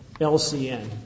LCN